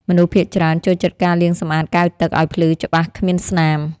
មនុស្សភាគច្រើនចូលចិត្តការលាងសម្អាតកែវទឹកឱ្យភ្លឺច្បាស់គ្មានស្នាម។